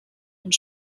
und